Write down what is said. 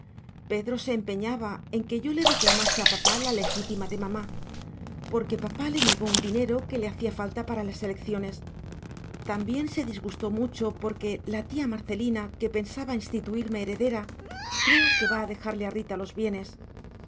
pedro se empeñaba en que yo le reclamase a papá la legítima de mamá porque papá le negó un dinero que le hacía falta para las elecciones también se disgustó mucho porque la tía marcelina que pensaba instituirme heredera creo que va a dejarle a rita los bienes